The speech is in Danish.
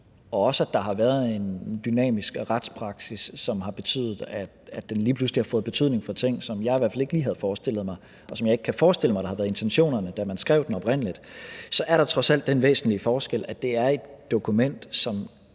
og også at der har været en dynamisk retspraksis, som har betydet, at den lige pludselig har fået betydning for ting, som jeg i hvert fald ikke lige havde forestillet mig, og som jeg ikke kan forestille mig har været intentionerne, da man skrev den oprindeligt, så er der trods alt den væsentlige forskel, at det er et dokument, som